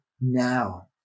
now